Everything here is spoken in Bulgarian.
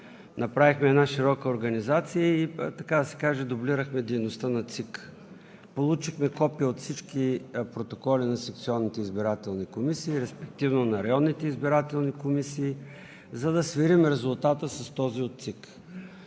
направихме една широка организация и, така да се каже, дублирахме дейността на ЦИК. Получихме копие от всички протоколи на секционните избирателни комисии, респективно на районните избирателни комисии, за да сверим резултата с този от ЦИК.